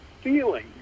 feeling